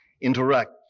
interact